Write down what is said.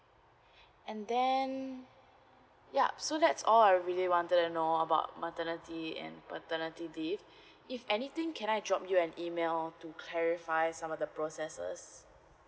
and then yup so that's all I really wanted to know about maternity and paternity leave if anything can I drop you an email to clarify some of the processes